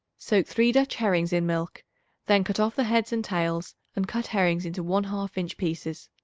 soak three dutch herrings in milk then cut off the heads and tails and cut herrings into one-half inch pieces.